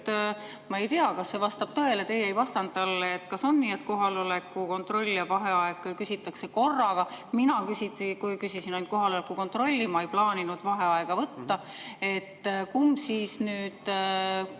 ma ei tea, kas see vastab tõele, te ei vastanud talle –, et kohaloleku kontrolli ja vaheaega küsitakse korraga. Mina küsisin ainult kohaloleku kontrolli, ma ei plaaninud vaheaega võtta. Kumb siis on?